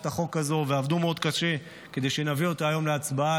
החוק הזו ועבדו מאוד קשה כדי שנביא אותה היום להצבעה